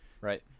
Right